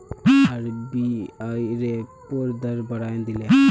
RBI repo दर बढ़ाए दिले